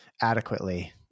adequately